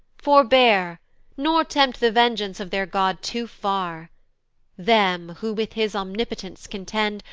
forbear, nor tempt the vengeance of their god too far them, who with his omnipotence contend,